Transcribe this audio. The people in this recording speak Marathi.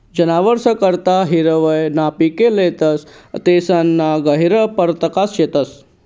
जनावरस करता हिरवय ना पिके लेतस तेसना गहिरा परकार शेतस